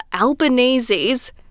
Albanese's